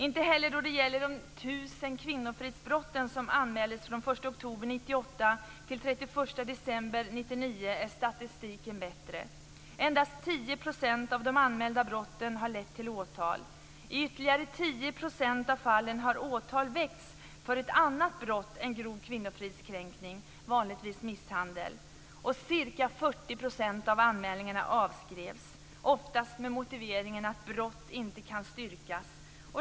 Inte heller då det gäller de 1 000 kvinnofridsbrott som anmäldes från den 1 oktober 1998 till den 31 december 1999 är statistiken bättre. Endast 10 % av de anmälda brotten har lett till åtal. I ytterligare 10 % av fallen har åtal väckts för ett annat brott än grov kvinnofridskränkning, vanligtvis misshandel. Ca 40 % av anmälningarna avskrevs, oftast med motiveringen att brott inte kan styrkas.